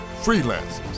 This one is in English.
freelancers